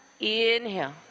Inhale